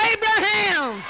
Abraham